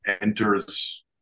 enters